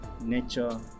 nature